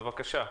בבקשה.